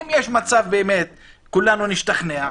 אם יש מצב באמת, כולנו נשתכנע.